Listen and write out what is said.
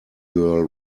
girl